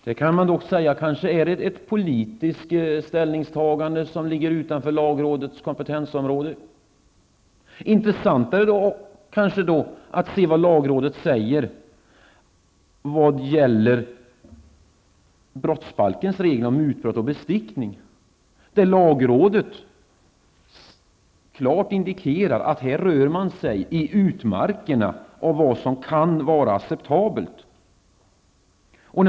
Man kan nog säga att det är ett politiskt ställningstagande som ligger utanför lagrådets kompetensområde. Intressantare är kanske vad lagrådet skriver om brottsbalkens regler om mutbrott och bestickning. Lagrådet indikerar klart att man i detta sammanhang rör sig i utmarkerna av vad som kan vara acceptabelt.